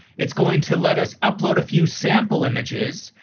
it's going to let us upload a few sample images.